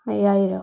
അയ്യായിരം